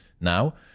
now